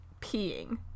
peeing